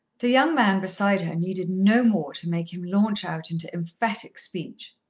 the young man beside her needed no more to make him launch out into emphatic speech.